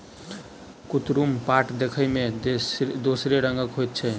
कुतरुम पाट देखय मे दोसरे रंगक होइत छै